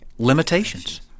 limitations